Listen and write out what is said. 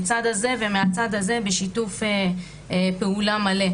מהצד הזה ומהצד הזה בשיתוף פעולה מלא.